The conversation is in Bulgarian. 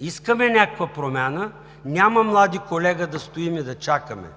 искаме някаква промяна, млади колега, няма да стоим и да чакаме,